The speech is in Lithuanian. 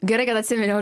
gerai kad atsiminiau